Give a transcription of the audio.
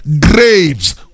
Graves